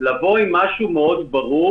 לבוא עם משהו ברור מאוד,